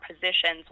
positions